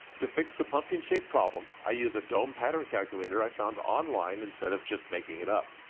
to fix the pumpkin shaped problem, i use a dome pattern calculator i found online instead of just making it up.